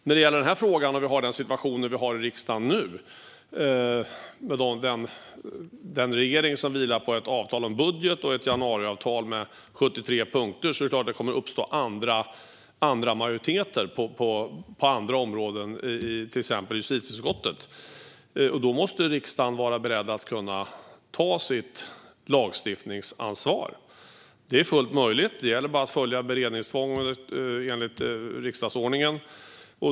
När vi har den situation som vi har i riksdagen nu, med en regering som vilar på ett avtal om en budget och ett januariavtal med 73 punkter, är det klart att det kommer att uppstå andra majoriteter på andra områden i till exempel justitieutskottet. Då måste riksdagen vara beredd att ta sitt lagstiftningsansvar. Det är fullt möjligt. Det gäller bara att följa beredningskraven enligt riksdagsordningen.